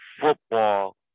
football